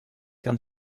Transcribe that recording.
comme